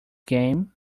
game